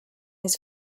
his